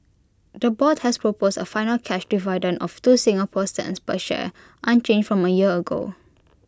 the board has proposed A final cash dividend of two Singapore cents per share unchanged from A year ago